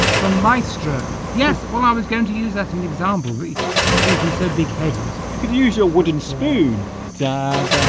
the maestro yes well i was going to use that an example we mr. duncan so big-headed you could use your wooden spoon dad